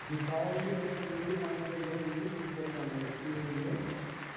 అది మీకు కావాలంటే చెప్పండి సాయంత్రంలోపు తీసుకొస్తాను నెక్స్ట్ ఈవినింగు